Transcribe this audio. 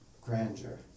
grandeur